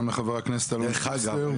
גם לחבר הכנסת אלון שוסטר.